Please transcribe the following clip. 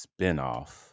spinoff